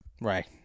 Right